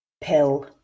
pill